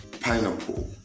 pineapple